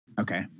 Okay